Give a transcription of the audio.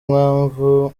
mpamvu